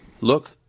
look